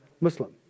Muslim